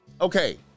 Okay